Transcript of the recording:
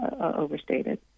overstated